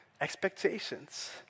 expectations